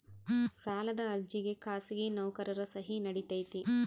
ಸಾಲದ ಅರ್ಜಿಗೆ ಖಾಸಗಿ ನೌಕರರ ಸಹಿ ನಡಿತೈತಿ?